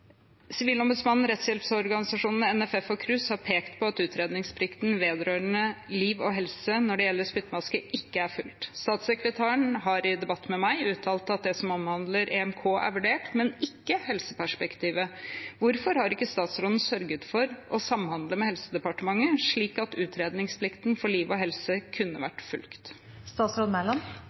Sivilombudsmannen, rettshjelpsorganisasjoner, NFF og KRUS har pekt på at utredningsplikten vedrørende liv og helse når det gjelder spyttmasker, ikke er fulgt. Statssekretæren har i debatt med meg uttalt at det som omhandler EMK, er vurdert, men ikke helseperspektivet. Hvorfor har ikke statsråden sørget for å samhandle med Helsedepartementet, slik at utredningsplikten for liv og helse kunne vært